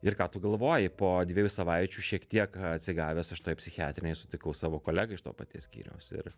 ir ką tu galvoji po dviejų savaičių šiek tiek atsigavęs aš toj psichiatrinėj sutikau savo kolegą iš to paties skyriaus ir